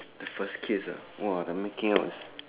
the first kiss ah !wah! the making out